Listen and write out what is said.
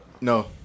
no